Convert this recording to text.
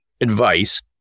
advice